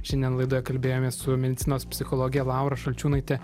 šiandien laidoje kalbėjomės su medicinos psichologe laura šalčiūnaite